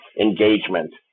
engagement